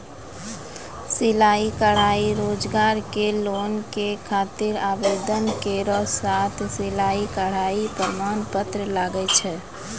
सिलाई कढ़ाई रोजगार के लोन के खातिर आवेदन केरो साथ सिलाई कढ़ाई के प्रमाण पत्र लागै छै?